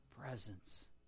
presence